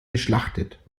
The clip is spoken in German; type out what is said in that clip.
geschlachtet